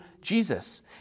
Jesus